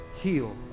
Heal